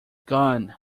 gone